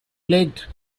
plagued